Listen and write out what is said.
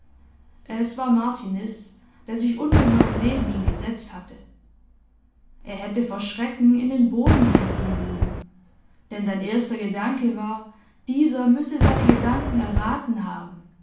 ohr es war martiniz der sich unbemerkt neben ihn gesetzt hatte er hätte vor schrecken in den boden sinken mögen denn sein erster gedanke war dieser müsse seine gedanken erraten haben